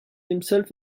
himself